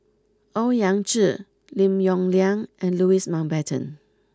Owyang Chi Lim Yong Liang and Louis Mountbatten